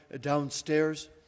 downstairs